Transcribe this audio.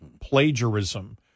plagiarism